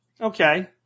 Okay